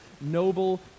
noble